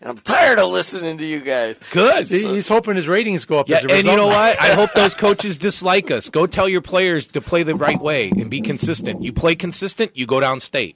and i'm tired of listening to you guys good hope in his ratings go up you know my coaches dislike us go tell your players to play the right way to be consistent you play consistent you go down state